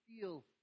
feel